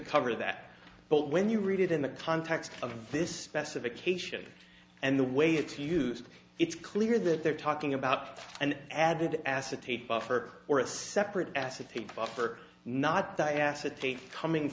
cover that but when you read it in the context of this specification and the way it's used it's clear that they're talking about an added acetate buffer or a separate acetate buffer not the acetate coming